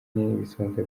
n’ibisonga